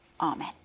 Amen